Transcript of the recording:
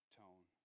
tone